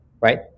right